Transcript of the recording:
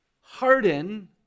harden